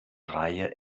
reihe